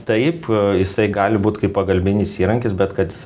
taip jisai gali būt kaip pagalbinis įrankis bet kad jis